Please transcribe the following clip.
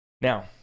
Now